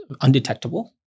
undetectable